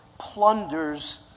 plunders